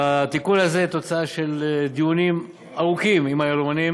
התיקון הזה הוא תוצאה של דיונים ארוכים עם היהלומנים.